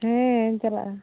ᱪᱟᱞᱟᱜ ᱟᱹᱧ